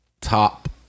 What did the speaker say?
top